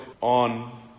on